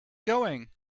going